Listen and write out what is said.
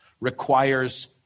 requires